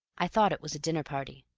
i thought it was a dinner-party.